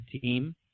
team